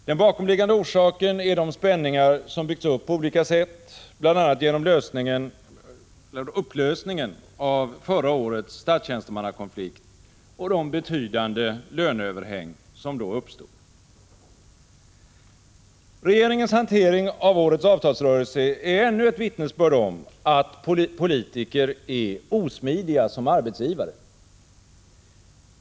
Den bakomliggande orsaken är de spänningar som byggts upp på olika sätt, bl.a. genom upplösningen av förra årets statstjänstemannakonflikt och de betydande löneöverhäng som då uppstod. Regeringens hantering av årets avtalsrörelse är ännu ett vittnesbörd om att politiker är osmidiga som arbetsgivare.